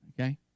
okay